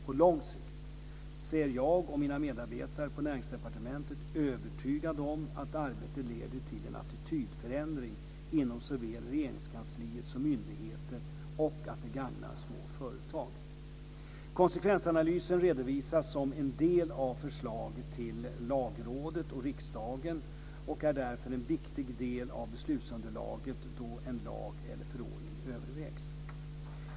På lång sikt är jag och mina medarbetare på Näringsdepartementet övertygade om att arbetet leder till en attitydförändring inom såväl Regeringskansliet som myndigheter och att det gagnar små företag. Konsekvensanalysen redovisas som en del av förslaget till Lagrådet och riksdagen och är därför en viktig del av beslutsunderlaget då en lag eller förordning övervägs.